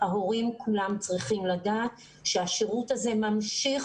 ההורים כולם צריכים לדעת שהשירות הזה ממשיך,